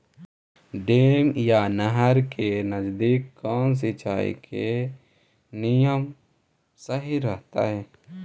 Dam या नहर के नजदीक कौन सिंचाई के नियम सही रहतैय?